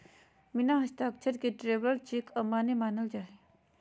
बिना हस्ताक्षर के ट्रैवलर चेक अमान्य मानल जा हय